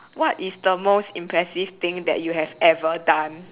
what is the most impressive thing that you have ever done